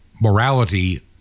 morality